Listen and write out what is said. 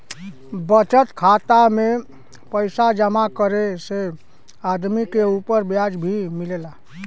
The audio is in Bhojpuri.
बचत खाता में पइसा जमा करे से आदमी के उपर ब्याज भी मिलेला